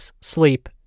Sleep